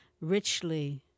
richly